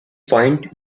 point